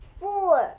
four